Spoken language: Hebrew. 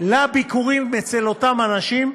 לביקורים אצל אותם אנשים.